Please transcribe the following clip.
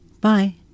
Bye